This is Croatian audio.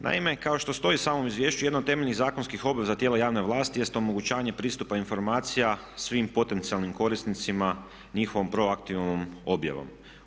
Naime, kao što stoji u samom izvješću jedna od temeljnih zakonskih obveza tijela javne vlasti jest omogućavanje pristupa informacijama svim potencijalnim korisnicima njihovom proaktivnom objavom.